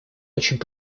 очень